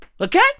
Okay